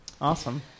Awesome